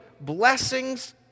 Blessings